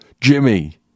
Jimmy